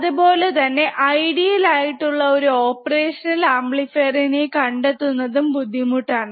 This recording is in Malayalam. അതുപോലെതന്നെ ഐഡിയൽ ആയിട്ടുള്ള ഒരു ഓപ്പറേഷണൽ ആംപ്ലിഫയറിനെ കണ്ടെത്തുന്നതും ബുദ്ധിമുട്ടാണ്